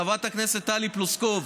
חברת הכנסת טלי פלוסקוב,